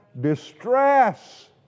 distress